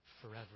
forever